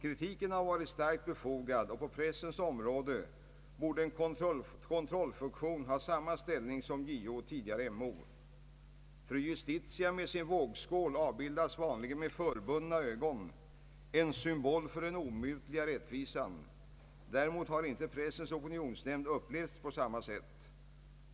Kritiken har varit starkt befogad, och på pressens område borde en kontrollfunktion ha samma ställning som JO och tidigare MO. Fru Justitia med sin vågskål avbildas vanligen med förbundna ögon — en symbol för den omutliga rättvisan. Däremot har inte Pressens opinionsnämnd upplevts på samma sätt.